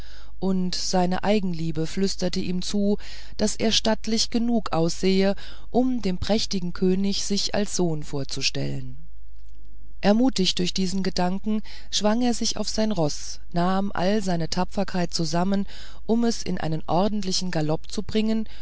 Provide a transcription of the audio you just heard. und seine eigenliebe flüsterte ihm zu daß er stattlich genug aussehe um dem mächtigsten könig sich als sohn vorzustellen ermutigt durch diesen gedanken schwang er sich auf sein roß nahm all seine tapferkeit zusammen um es in einen ordentlichen galopp zu bringen